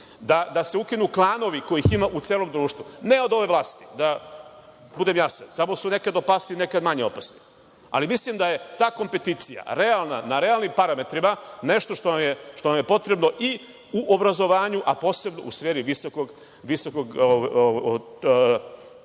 da se ukinu klanovi kojih ima u celom društvu, ne od ove vlasti, da budem jasan, samo su nekad opasniji, nekad manje opasni, ali mislim da je ta kompeticija realna, na realnim parametrima, nešto što nam je potrebno i u obrazovanju, a posebno u sferi visokog